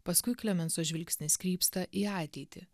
paskui klemenso žvilgsnis krypsta į ateitį